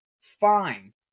Fine